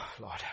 Lord